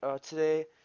today